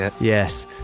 yes